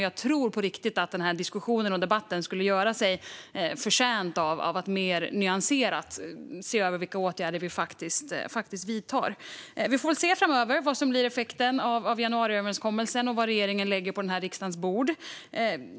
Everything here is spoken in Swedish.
Jag tror på riktigt att denna diskussion och debatt skulle vara betjänt av att mer nyanserat se över vilka åtgärder som vidtas. Vi får väl se framöver vad effekten av januariöverenskommelsen blir och vad regeringen lägger på riksdagens bord.